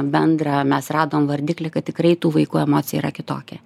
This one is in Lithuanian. bendrą mes radom vardiklį kad tikrai tų vaikų emocija yra kitokia